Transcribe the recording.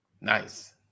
Nice